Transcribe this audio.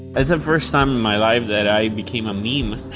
it's the first time in my life that i became a meme.